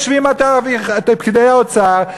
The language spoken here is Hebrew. פקידי האוצר,